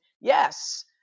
Yes